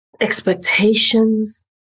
expectations